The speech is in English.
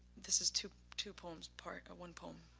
this is two two poems, part one poem,